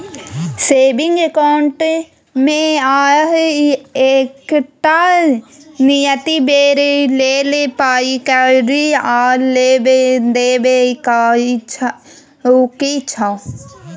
saving अकाउंटमे अहाँ एकटा नियत बेर लेल पाइ कौरी आ लेब देब कअ सकै छी